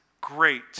great